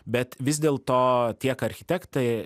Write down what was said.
bet vis dėl to tiek architektai